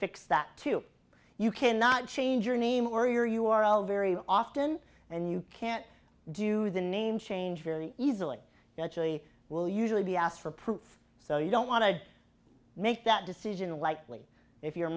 fix that to you cannot change your name or your u r l very often and you can't do the name change very easily naturally will usually be asked for proof so you don't want to make that decision lightly if you're